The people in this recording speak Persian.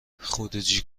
خروجی